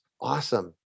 Awesome